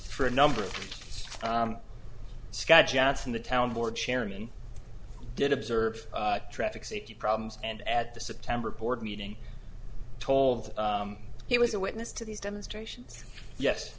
for a number of scott johnson the town board chairman did observe traffic safety problems and at the september board meeting told he was a witness to these demonstrations